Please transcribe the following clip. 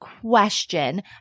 question